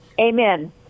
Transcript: Amen